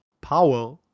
power